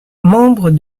membre